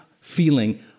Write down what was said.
feeling